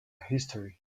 history